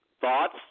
Thoughts